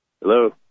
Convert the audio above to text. Hello